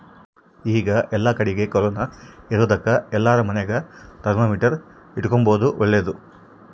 ಈಗ ಏಲ್ಲಕಡಿಗೆ ಕೊರೊನ ಇರೊದಕ ಎಲ್ಲಾರ ಮನೆಗ ಥರ್ಮಾಮೀಟರ್ ಇಟ್ಟುಕೊಂಬದು ಓಳ್ಳದು